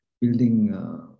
building